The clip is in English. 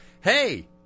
Hey